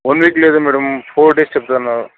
one week లేదు madam four days చెప్పాను